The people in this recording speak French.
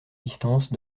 distance